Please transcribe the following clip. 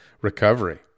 recovery